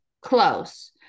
Close